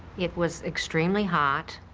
it was extremely hot.